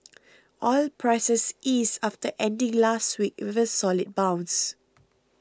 oil prices eased after ending last week with a solid bounce